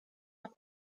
noch